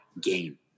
game